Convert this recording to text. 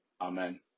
Amen